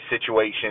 situation